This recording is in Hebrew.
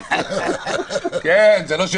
הזאת, אני מתבייש.